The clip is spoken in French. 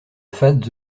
fades